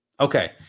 Okay